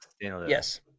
Yes